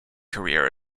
career